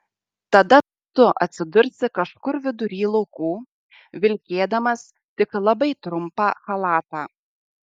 tada tu atsidursi kažkur vidury laukų vilkėdamas tik labai trumpą chalatą